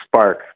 spark